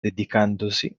dedicandosi